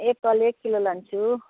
Apple एक kilo लान्छु